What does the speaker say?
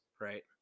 right